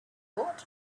thought